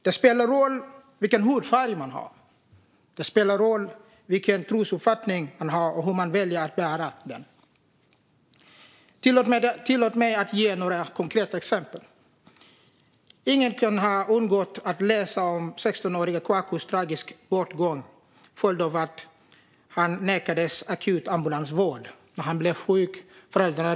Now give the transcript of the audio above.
Det spelar roll vilken hudfärg man har, och det spelar roll vilken trosuppfattning man har och hur man väljer att bära den. Tillåt mig att ge några konkreta exempel. Det kan inte ha undgått någon att läsa om 16-årige Kwakus tragiska bortgång till följd av att han nekades akut ambulansvård. När han blev sjuk ringde föräldrarna.